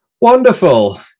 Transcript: wonderful